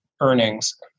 earnings